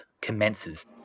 commences